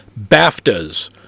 BAFTAs